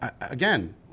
again